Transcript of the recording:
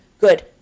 Good